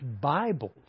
Bibles